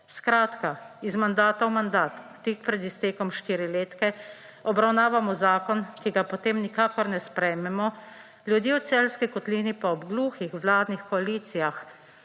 Skratka, iz mandata v mandat, tik pred iztekom štiriletke obravnavamo zakon, ki ga potem nikakor ne sprejmemo, ljudje v Celjski kotlini pa ob gluhih vladnih koalicijah,